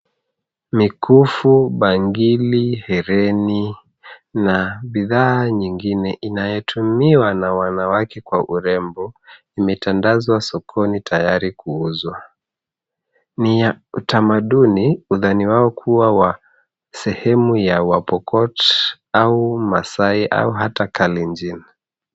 Mikufu bangili , hereni na bidhaa nyingine inayotumiwa na wanawake kwa urembo imetandazwa sokoni tayari kuuzwa. Ni ya utamaduni udhani wao kuwa wa sehemu ya wapokot au maasai au hata kalenjin.